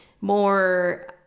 more